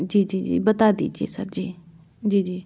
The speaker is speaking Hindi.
जी जी बता दीजिए सर जी जी जी